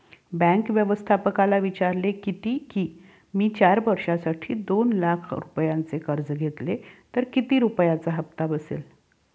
bank व्यवस्थापकाला विचारले किती की, मी चार वर्षांसाठी दोन लाख रुपयांचे कर्ज घेतले तर किती रुपयांचा हप्ता बसेल